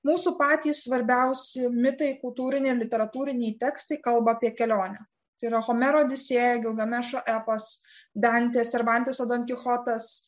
mūsų patys svarbiausi mitai kultūriniai literatūriniai tekstai kalba apie kelionę tai yra homero odisėją gilgamešo epas dantės servanteso donkichotas